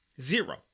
Zero